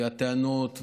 והטענות,